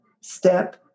step